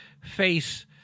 face